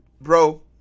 Bro